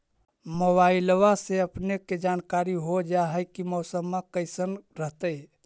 मोबाईलबा से अपने के जानकारी हो जा है की मौसमा कैसन रहतय?